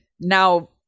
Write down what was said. now